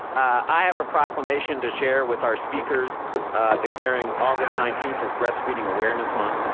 i have a proclamation to share with our speakers declaring august nineteenth as breastfeeding awareness month.